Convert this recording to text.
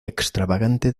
extravagante